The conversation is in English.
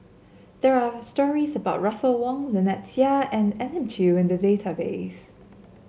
there are stories about Russel Wong Lynnette Seah and Elim Chew in the database